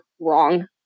wrong